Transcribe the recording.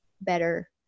better